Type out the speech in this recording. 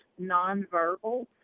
nonverbal